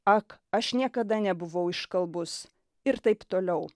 ak aš niekada nebuvau iškalbus ir taip toliau